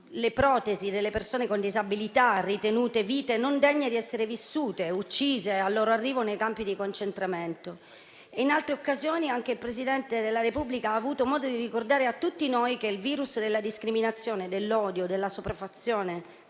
le protesi delle persone con disabilità ritenute vite non degne di essere vissute e uccise al loro arrivo nei campi di concentramento. In altre occasioni anche il Presidente della Repubblica ha avuto modo di ricordare a tutti noi che il virus della discriminazione, dell'odio, della sopraffazione,